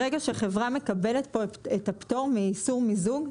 ברגע שהחברה מקבלת פה את הפטור מאיסור מיזוג,